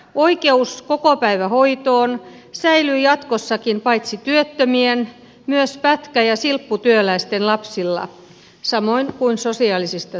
oikeus kokopäivähoitoon säilyy jatkossakin paitsi työttömien myös pätkä ja silpputyöläisten lapsilla samoin kuin sosiaalisista syistä